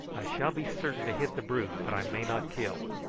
shall be certain to hit the brute, but i may not kill,